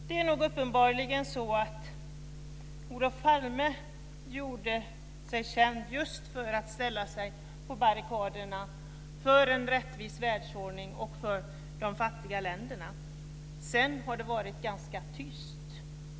Det är uppenbarligen så att Olof Palme gjorde sig känd just för att ställa sig på barrikaderna för en rättvis världsordning och för de fattiga länderna. Sedan har det varit ganska tyst.